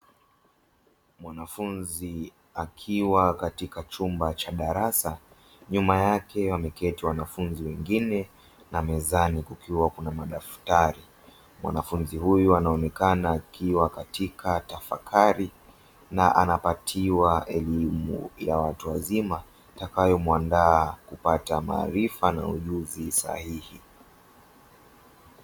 Mwanafunzi akiwa katika chumba cha darasa, nyuma yake wameti wanafunzi wengine na mezani kukiwa na madaftari, mwanafunzi huyo anaonekana akiwa katika tafakari na anapatiwa elimu ya watu wazima itakayomuandaa kupata maarifa na ujuzi sahihi.